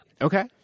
Okay